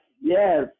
Yes